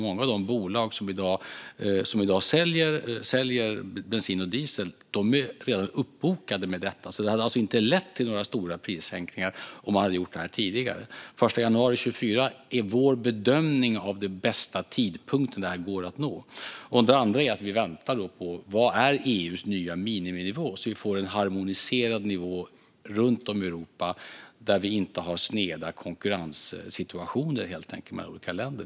Många av de bolag som i dag säljer bensin och diesel är redan uppbokade med detta. Det hade alltså inte lett till några stora prissänkningar om man hade gjort detta tidigare. Den 1 januari 2024 är vår bedömning av den bästa tidpunkt som går att nå. Det andra är att vi väntar på att se vad EU:s nya miniminivå blir, så att vi får en harmoniserad nivå runt om i Europa där vi inte har sneda konkurrenssituationer mellan olika länder.